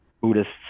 Buddhists